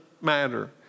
matter